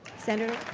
senator.